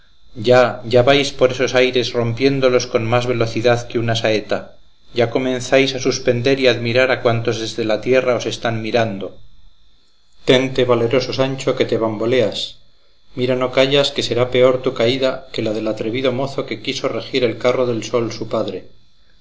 ya ya vais por esos aires rompiéndolos con más velocidad que una saeta ya comenzáis a suspender y admirar a cuantos desde la tierra os están mirando tente valeroso sancho que te bamboleas mira no cayas que será peor tu caída que la del atrevido mozo que quiso regir el carro del sol su padre